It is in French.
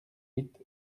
huit